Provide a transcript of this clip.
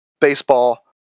baseball